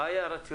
מה היה הרציונל?